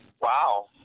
Wow